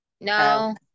No